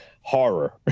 horror